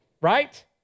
Right